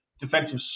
defensive